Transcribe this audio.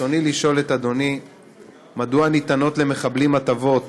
ברצוני לשאול את אדוני: 1. מדוע ניתנות למחבלים הטבות